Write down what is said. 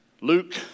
Luke